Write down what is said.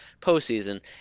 postseason